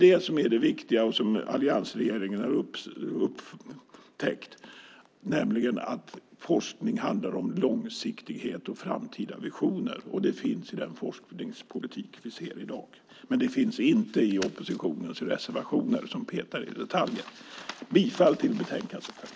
Det som är det viktiga och som alliansregeringen har upptäckt är nämligen att forskning handlar om långsiktighet och framtida visioner, och det finns i den forskningspolitik som vi ser i dag. Men det finns inte i reservationerna från oppositionen som petar i detaljer. Bifall till betänkandets förslag!